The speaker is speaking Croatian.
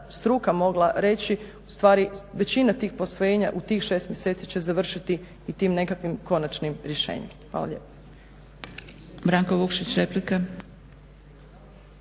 struka mogla reći ustvari većina tih posvojenja u tih 6 mjeseci će završiti i tim nekakvim konačnim rješenjem. Hvala lijepo.